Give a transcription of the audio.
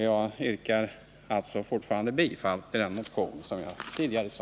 Jag yrkar alltså fortfarande bifall till den nämnda motionen.